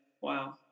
wow